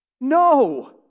No